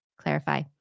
clarify